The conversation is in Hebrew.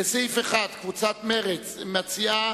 לסעיף 1, קבוצת מרצ מציעה